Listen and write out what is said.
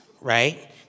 right